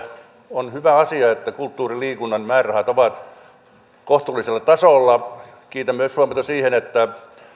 on hyvä asia että kulttuurin ja liikunnan määrärahat ovat kohtuullisella tasolla kiinnitän myös huomiota siihen että